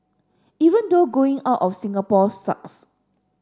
even though going out of Singapore sucks